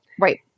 Right